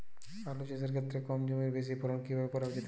আলু চাষের ক্ষেত্রে কম জমিতে বেশি ফলন কি করে করা যেতে পারে?